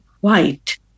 white